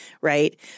right